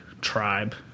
tribe